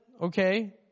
okay